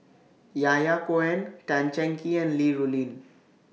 Yahya Cohen Tan Cheng Kee and Li Rulin